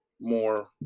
more